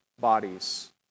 bodies